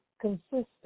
consistent